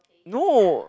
no